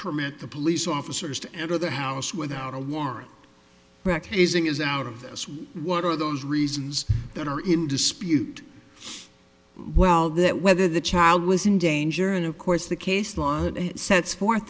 permit the police officers to enter the house without a warrant correct hazing is out of this what are those reasons that are in dispute well that whether the child was in danger and of course the case law that sets forth